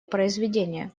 произведения